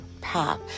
path